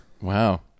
Wow